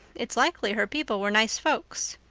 it's likely her people were nice folks.